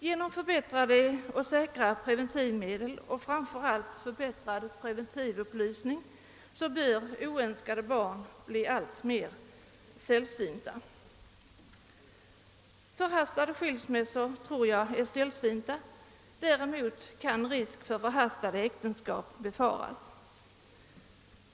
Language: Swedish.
Genom förbättrade och säkrare preventivmedel och framför allt förbättrad preventivmedelsupplysning bör oönskade barn bli alltmer sällsynta. Förhastade skilsmässor tror jag är fåtaliga. Däremot kan risk för förhastade äktenskap befaras.